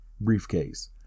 briefcase